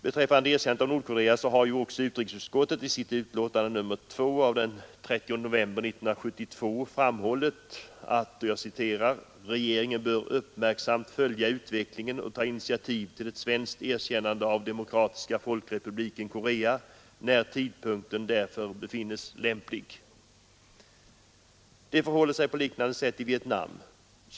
Utrikesutskottet har också i sitt betänkande nr 2 av den 30 november 1972 framhållit att ”regeringen bör uppmärksamt följa utvecklingen och ta initiativ till ett svenskt erkännande av Demokratiska folkrepubliken Korea, när tidpunkten därför finnes lämplig”. Det förhåller sig på liknande sätt i Vietnam.